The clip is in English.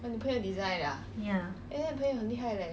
ya